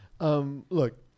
Look